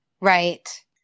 Right